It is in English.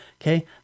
Okay